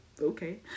okay